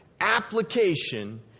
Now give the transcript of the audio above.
application